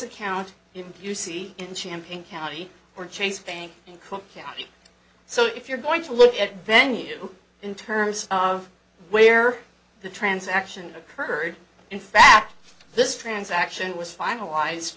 account if you see in champaign county or chase bank in cook county so if you're going to look at venue in terms of where the transaction occurred in fact this transaction was finalized